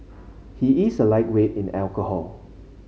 he is a lightweight in alcohol